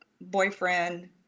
boyfriend